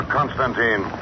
Constantine